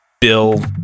Bill